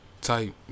type